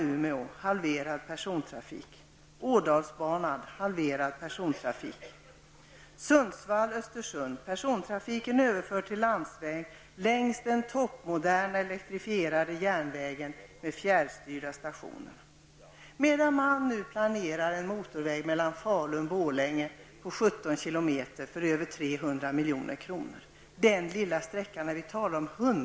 300 miljoner för den lilla sträckan -- när vi i järnvägssammanhang talar om över hundra mil!